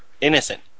innocent